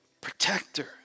protector